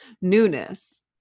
newness